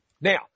Now